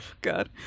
god